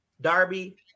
Darby